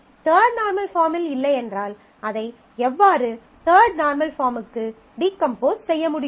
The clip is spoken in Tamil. தர்ட் நார்மல் பாஃர்ம்மில் இல்லையென்றால் அதை எவ்வாறு தர்ட் நார்மல் பாஃர்முக்கு டீகம்போஸ் செய்ய முடியும்